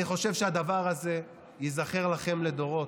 אני חושב שהדבר הזה ייזכר לכם לדורות,